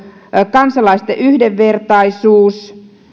kansalaisten yhdenvertaisuus ja